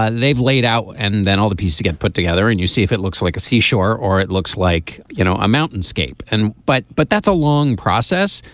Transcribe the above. they've laid out. and then all the pieces get put together and you see if it looks like a sea shore or it looks like you know a mountain scape and but but that's a long process.